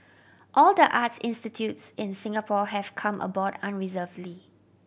all the arts institutes in Singapore have come aboard unreservedly